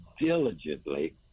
diligently